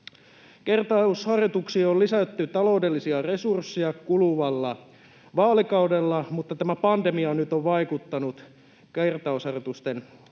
Kertausharjoituksiin on lisätty taloudellisia resursseja kuluvalla vaalikaudella, mutta tämä pandemia nyt on vaikuttanut siihen, että kertausharjoitusten määrät